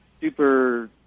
super